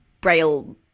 braille